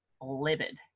livid